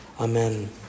Amen